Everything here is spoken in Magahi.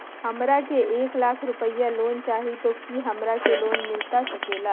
हमरा के एक लाख रुपए लोन चाही तो की हमरा के लोन मिलता सकेला?